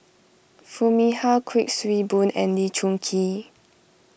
Foo Mee Har Kuik Swee Boon and Lee Choon Kee